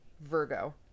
Virgo